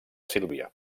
sílvia